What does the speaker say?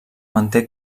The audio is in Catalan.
manté